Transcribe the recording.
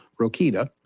Rokita